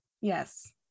Yes